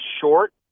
short